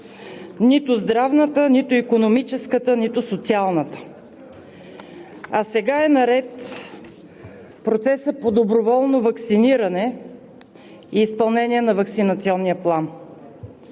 нито здравната, нито икономическата, нито социалната. А сега е наред процесът по доброволно ваксиниране и изпълнение на ваксинационния план.